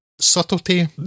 subtlety